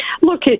Look